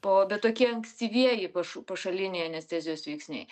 po bet tokie ankstyvieji paš pašaliniai anestezijos veiksniai